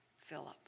Philip